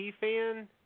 fan